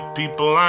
people